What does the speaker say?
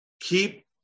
Keep